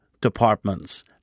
departments